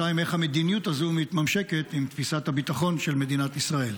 2. איך המדיניות הזאת מתממשקת עם תפיסת הביטחון של מדינת ישראל?